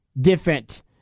different